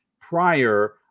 prior